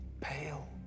pale